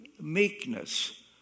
meekness